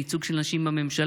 בייצוג של נשים בממשלה,